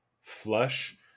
flush